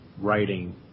writing